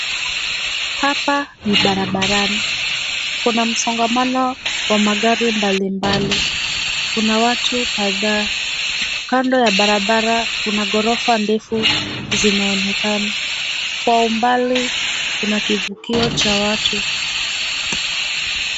Hapa ni barabarani, kuna msongamano wa magari mbali mbali. Kuna watu kadhaa. Kando ya barabara kuna gorofa ndefu zinaonekana. Kwa umbali kuna kivukio cha watu.